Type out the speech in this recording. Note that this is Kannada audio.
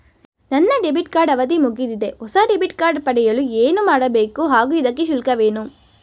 ನನ್ನ ಡೆಬಿಟ್ ಕಾರ್ಡ್ ಅವಧಿ ಮುಗಿದಿದೆ ಹೊಸ ಡೆಬಿಟ್ ಕಾರ್ಡ್ ಪಡೆಯಲು ಏನು ಮಾಡಬೇಕು ಹಾಗೂ ಇದಕ್ಕೆ ಶುಲ್ಕವೇನು?